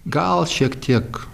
gal šiek tiek